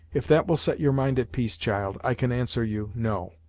if that will set your mind at peace, child, i can answer you, no.